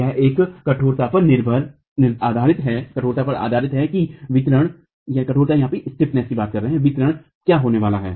यह इस कठोरता पर आधारित है कि वितरण क्या होने वाला है